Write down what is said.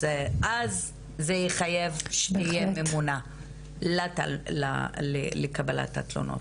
אז זה יחייב שתהיה ממונה לקבלת התלונות.